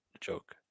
joke